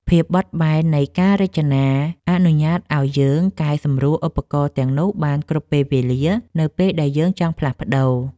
ភាពបត់បែននៃការរចនាអនុញ្ញាតឱ្យយើងកែសម្រួលឧបករណ៍ទាំងនោះបានគ្រប់ពេលវេលានៅពេលដែលយើងចង់ផ្លាស់ប្តូរ។